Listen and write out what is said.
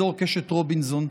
באזור קשת רובינזון.